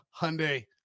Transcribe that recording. Hyundai